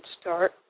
start